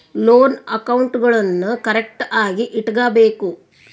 loan ಅಕೌಂಟ್ಗುಳ್ನೂ ಕರೆಕ್ಟ್ಆಗಿ ಇಟಗಬೇಕು